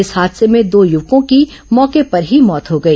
इस हादसे में दो युवकों की मौके पर ही मौत हो गई